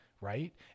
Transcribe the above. right